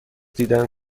دیدن